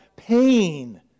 Pain